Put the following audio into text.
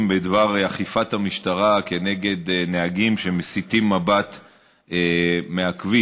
בדבר אכיפת המשטרה כנגד נהגים שמסיטים מבט מהכביש.